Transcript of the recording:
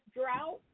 drought